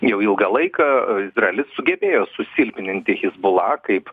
jau ilgą laiką izraelis sugebėjo susilpninti hizbula kaip